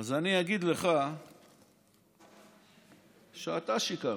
אז אני אגיד לך שאתה שיקרת.